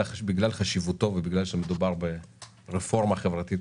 חשיבותו ובגלל שמדובר ברפורמה חברתית,